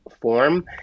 form